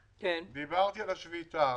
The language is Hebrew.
הבריאות, דיברתי על השביתה,